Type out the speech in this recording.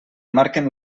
marquen